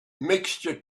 mixture